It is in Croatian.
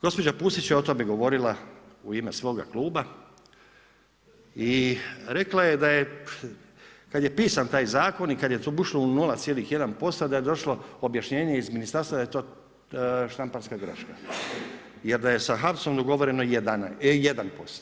Gospođa Pusić je o tome govorila uime svoga kluba i rekla je da je kada je pisan taj zakon i kada je to ušlo u 0,1% da je došlo objašnjenje iz ministarstva da je to štamparska greška jer da je sa HAVC-om dogovoreno 1%